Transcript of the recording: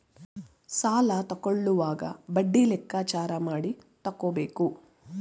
ಸಾಲ ತಕ್ಕೊಳ್ಳೋವಾಗ ಬಡ್ಡಿ ಲೆಕ್ಕಾಚಾರ ಮಾಡಿ ತಕ್ಕೊಬೇಕು